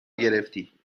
گرفتی